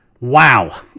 Wow